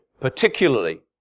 particularly